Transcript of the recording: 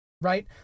right